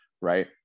right